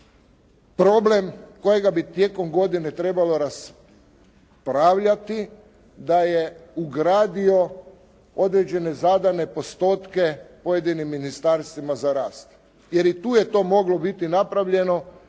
problem kojega bi tijekom godine trebalo raspravljati da je ugradio određene zadane postotke pojedinim ministarstvima za rast. Jer i tu je to moglo biti napravljeno